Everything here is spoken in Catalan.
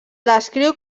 descriu